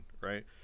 right